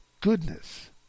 goodness